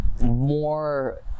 more